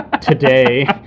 today